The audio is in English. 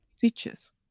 features